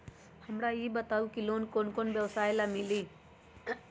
हमरा ई बताऊ लोन कौन कौन व्यवसाय ला मिली?